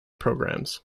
programmes